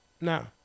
No